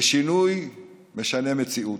זה שינוי משנה מציאות.